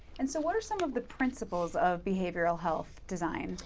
and so what are some of the principles of behavioral health design?